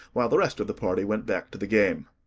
while the rest of the party went back to the game.